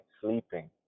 sleeping